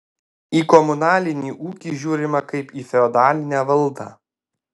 į komunalinį ūkį žiūrima kaip į feodalinę valdą